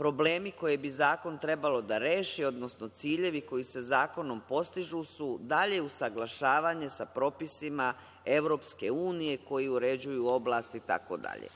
problemi koje bi zakon trebalo da reši, odnosno ciljevi koji se zakonom postižu su dalje usaglašavanje sa propisima EU, koji uređuju oblast itd. Dakle,